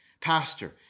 pastor